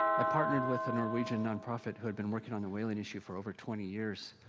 i partnered with a norwegian nonprofit, who had been working on the whaling issue for over twenty years.